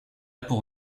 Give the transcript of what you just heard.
pour